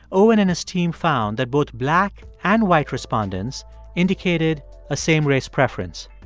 owen and his team found that both black and white respondents indicated a same-race preference.